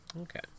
Okay